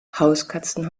hauskatzen